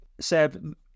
Seb